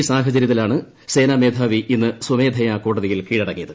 ഈ സാഹചരൃത്തിലാണ് സേനാമേധാവി ഇന്ന് സ്വമേധിയാ കോടതിയിൽ കീഴടങ്ങിയത്